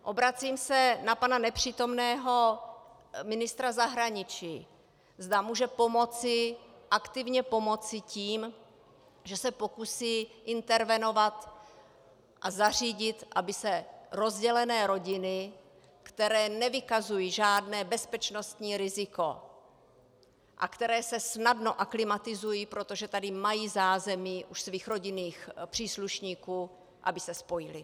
Obracím se na pana nepřítomného ministra zahraničí, zda může pomoci, aktivně pomoci tím, že se pokusí intervenovat a zařídit, aby se rozdělené rodiny, které nevykazují žádné bezpečnostní riziko a které se snadno aklimatizují, protože tady mají zázemí u svých rodinných příslušníků, spojily.